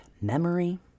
memory